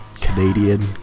Canadian